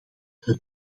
het